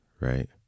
Right